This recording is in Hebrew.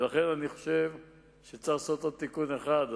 ולכן אני חושב שצריך לעשות עוד תיקון אחד,